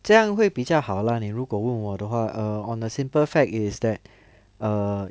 这样会比较好 lah 你如果问我的话 err on the simpler fact is that err